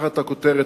תחת הכותרת,